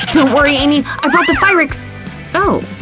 don't worry amy, i brought the fire exting oh!